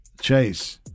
Chase